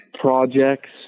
projects